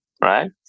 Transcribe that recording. right